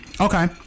Okay